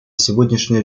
сегодняшнее